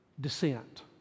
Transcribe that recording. descent